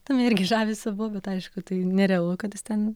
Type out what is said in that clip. tame irgi žavesio buvo bet aišku tai nerealu kad jis ten